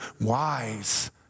wise